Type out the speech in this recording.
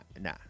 nah